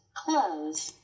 clothes